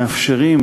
מאפשרים